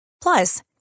Plus